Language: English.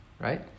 right